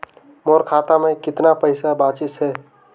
मोर खाता मे कतना पइसा बाचिस हे?